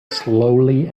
slowly